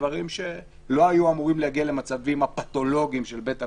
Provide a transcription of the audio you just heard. דברים שלא היו אמורים להגיע למצבים הפתולוגיים של בית המשפט,